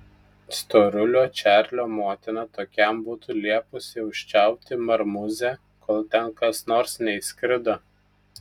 storulio čarlio motina tokiam būtų liepusi užčiaupti marmūzę kol ten kas nors neįskrido